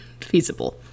feasible